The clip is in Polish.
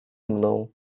mną